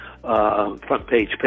Front-page